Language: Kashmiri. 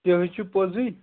تہِ حَظ چھُ پوٚزٕے